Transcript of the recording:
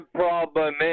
problem